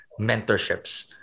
mentorships